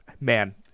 Man